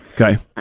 Okay